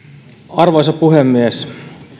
arvoisa puhemies